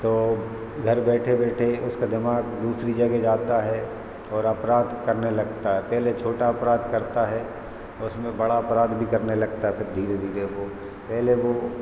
तो घर बैठे बैठे उसका दिमाग़ दूसरी जगह जाता है और अपराध करने लगता है पहले छोटा अपराध करता है उसमें बड़ा अपराध भी करने लगता है फिर धीरे धीरे वह पहले वह